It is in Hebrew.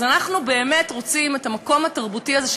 אז אנחנו באמת רוצים את המקום התרבותי הזה,